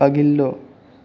अघिल्लो